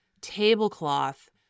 tablecloth